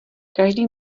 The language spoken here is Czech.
každý